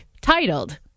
titled